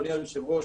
אדוני היושב-ראש,